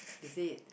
is it